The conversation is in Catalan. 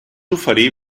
oferir